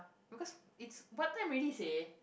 because it's what time really seh